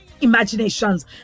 imaginations